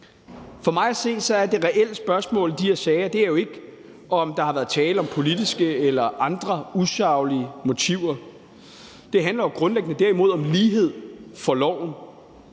For mig at se er det reelle spørgsmål i de her sager jo ikke, om der har været tale om politiske eller andre usaglige motiver. Det handler jo derimod grundlæggende om lighed for loven.